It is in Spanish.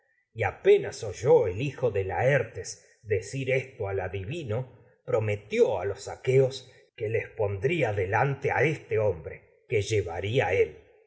y apenas oyó el hijo de laertes decir esto al adivino prometió a los aqueos que a les pondría delante este hombre que y llevaría si no él